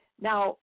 Now